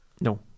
No